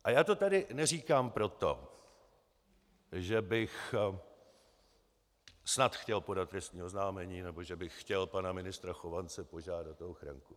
A já to tady neříkám proto, že bych snad chtěl podat trestní oznámení nebo že bych chtěl pana ministra Chovance požádat o ochranu.